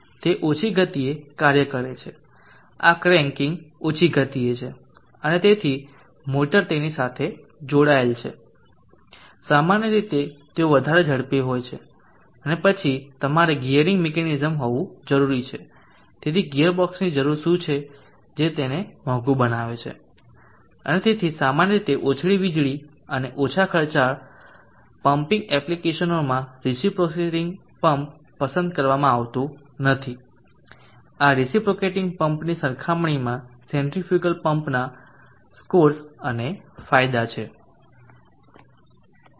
તે ઓછી ગતિએ કાર્ય કરે છે આ ક્રેન્કિંગ ઓછી ગતિએ છે અને તેથી મોટર તેની સાથે જોડાયેલ છે સામાન્ય રીતે તેઓ વધારે ઝડપે હોય છે અને પછી તમારે ગિયરિંગ મિકેનિઝમ હોવી જરૂરી છે અને તેથી ગિયર બોક્ષની જરૂર છે જે તેને મોંઘું બનાવે છે અને તેથી સામાન્ય રીતે ઓછી વીજળી અને ઓછા ખર્ચવાળા પંપીંગ એપ્લિકેશનોમાં રીસીપ્રોસિટીંગ પંપ પસંદ કરવામાં આવતું નથી આ રેસીપ્રોકેટીગ પંપની સરખામણીમાં સેન્ટ્રીફ્યુગલ પંપના સ્કોર્સ અને ફાયદા છે